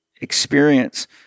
experience